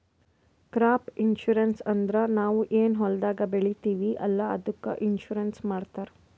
crop insurance ಅಂದುರ್ ನಾವ್ ಏನ್ ಹೊಲ್ದಾಗ್ ಬೆಳಿತೀವಿ ಅಲ್ಲಾ ಅದ್ದುಕ್ ಇನ್ಸೂರೆನ್ಸ್ ಮಾಡ್ತಾರ್